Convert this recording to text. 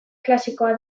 klasikoa